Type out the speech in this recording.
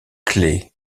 clés